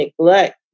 neglect